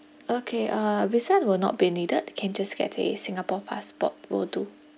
okay uh visa will not be needed can just get a singapore passport will do